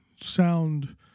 sound